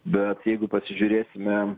bet jeigu pasižiūrėsime